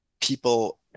people